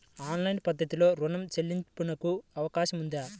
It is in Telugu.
ఆన్లైన్ పద్ధతిలో రుణ చెల్లింపునకు అవకాశం ఉందా?